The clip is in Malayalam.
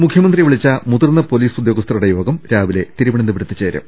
മുഖ്യമന്ത്രി വിളിച്ച് മുതിർന്ന പൊലീസ് ഉദ്യോഗസ്ഥരുടെ യോഗം രാവിലെ തിരുവനന്തപുരത്ത് ചേരും